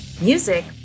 Music